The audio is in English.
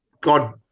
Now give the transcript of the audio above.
God